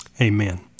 Amen